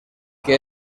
que